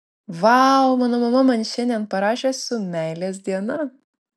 vau mano mama man šiandien parašė su meilės diena